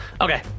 Okay